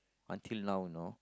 until now you know